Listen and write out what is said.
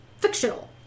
fictional